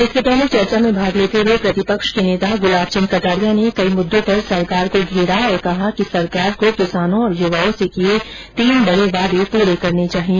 इससे पहले चर्चा में भाग लेते हुए प्रतिपक्ष के नेता गुलाब चंद कटारिया ने कई मुद्दों पर सरकार को घेरा और कहा कि सरकार को किसानों और युवाओं से किये तीन बडे वादे पूरे करने चाहिए